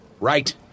Right